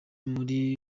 muri